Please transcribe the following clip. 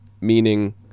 meaning